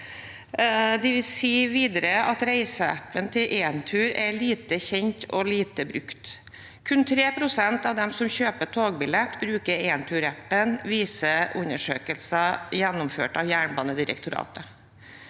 sier videre at reiseappen til Entur er lite kjent og lite brukt. Kun 3 pst. av de som kjøper togbillett, bruker Entur-appen, viser undersøkelser gjennomført av Jernbanedirektoratet.